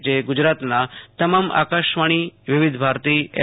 જે ગુજરાતના તમામ આકાશવાણી વિવિધ ભારતી એફ